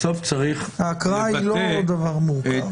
ההקראה היא לא דבר מורכב.